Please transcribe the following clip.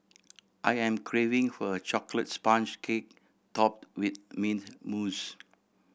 I am craving for a chocolate sponge cake topped with mint mousse